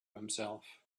himself